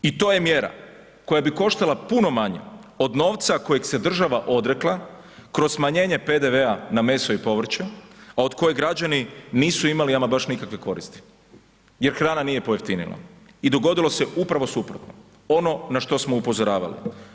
I to je mjera koja bi koštala puno manje od novca kojeg se država odrekla kroz smanjenje PDV-a na meso i povrće, a od kojeg građani nisu imali ama baš nikakve koristi jer hrana nije pojeftinila i dogodilo se upravo suprotno, ono na što smo upozoravali.